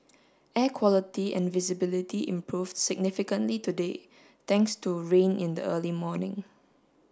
air quality and visibility improved significantly today thanks to rain in the early morning